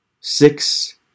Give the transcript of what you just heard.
six